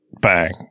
bang